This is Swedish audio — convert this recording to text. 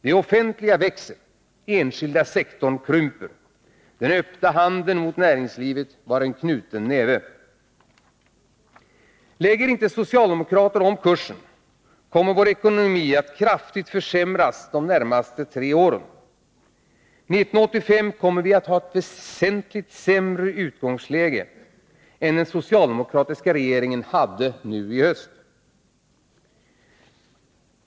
Det offentliga växer, enskilda sektorn krymper. Den öppna handen mot näringslivet var en knuten näve. Om inte socialdemokraterna lägger om kursen kommer Sveriges ekonomi att kraftigt försämras de närmaste tre åren. 1985 kommer vi att ha ett väsentligt sämre utgångsläge än den socialdemokratiska regeringen hade nu i höst.